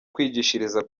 kwigishiriza